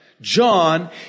John